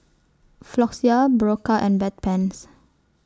Floxia Berocca and Bedpans